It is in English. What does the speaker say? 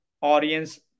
audience